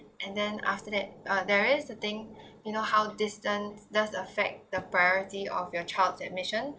and then after that uh there is the thing you know how distance does affect the priority of your child admission